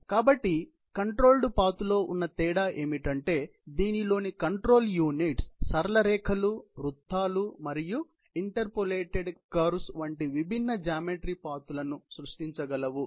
కాబట్టి controlled path లో ఉన్న తేడా ఏమిటంటే దీనిలోని కంట్రోల్ యూనిట్స్ సరళ రేఖలు వృత్తాలు మరియు ఇంటర్పోలేటెడ్ కర్వ్స్ వంటి విభిన్న జామెట్రీ పాత్ లను సృష్టించ గలవు